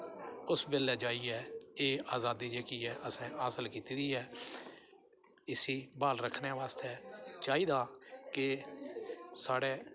उस बेल्लै जाइयै एह् अज़ादी जेह्की ऐ असें हासल कीती दी ऐ इसी ब्हाल रक्खने बास्तै चाहिदा के साढ़े